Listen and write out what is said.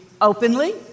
openly